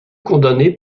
condamnés